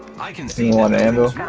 i can see one and